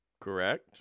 Correct